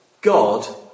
God